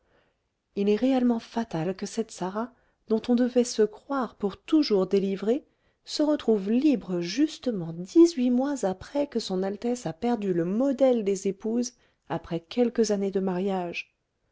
il est réellement fatal que cette sarah dont on devait se croire pour toujours délivré se retrouve libre justement dix-huit mois après que son altesse a perdu le modèle des épouses après quelques années de mariage